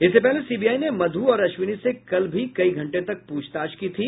इससे पहले सीबीआई ने मधु और अश्विनी से कल भी कई घंटे तक प्रछताछ की थी